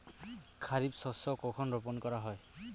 খারিফ শস্য কখন রোপন করা হয়?